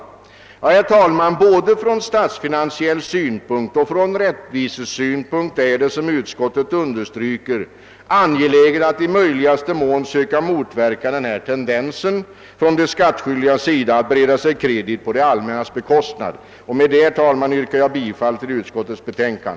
Såsom utskottet understryker är det både från statsfinansiell synpunkt och från rättvisesynpunkt angeläget att i möjligaste mån motverka denna tendens att de skattskyldiga skaffar sig kredit på det allmännas bekostnad. Herr talman! Jag yrkar bifall till utskottets hemställan.